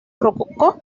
rococó